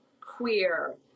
queer